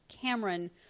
Cameron